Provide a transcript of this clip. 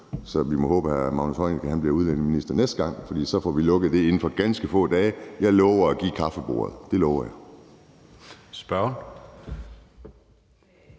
så vi må håbe, at miljøministeren bliver udlændingeminister næste gang, for så får vi lukket det inden for ganske få dage. Jeg lover at give kaffebordet – det lover jeg.